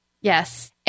Yes